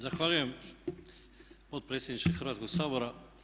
Zahvaljujem potpredsjedniče Hrvatskog sabora.